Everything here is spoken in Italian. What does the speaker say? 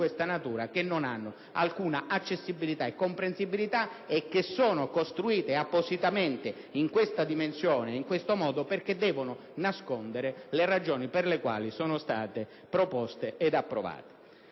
questa natura, che non hanno alcuna accessibilità e comprensibilità e che sono state costruite appositamente in questo modo per nascondere le ragioni per le quali sono state proposte ed approvate.